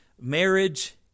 marriage